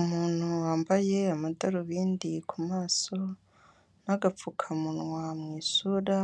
Umuntu wambaye amadarubindi ku maso n'agapfukamunwa mu isura,